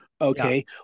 Okay